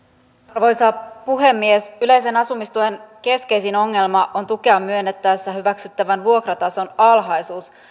arvoisa puhemies yleisen asumistuen keskeisin ongelma on tukea myönnettäessä hyväksyttävän vuokratason alhaisuus